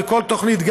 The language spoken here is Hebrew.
בכל תוכנית,